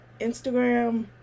Instagram